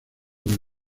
del